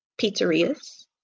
Pizzeria's